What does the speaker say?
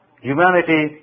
humanity